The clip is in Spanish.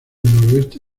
noroeste